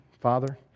Father